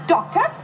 Doctor